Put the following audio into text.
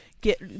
get